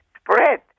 spread